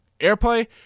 airplay